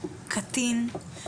קטין,